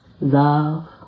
Love